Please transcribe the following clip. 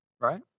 Right